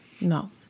No